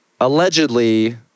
allegedly